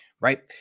right